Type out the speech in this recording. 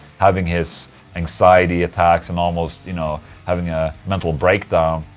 having his anxiety attacks and almost, you know, having a mental breakdown.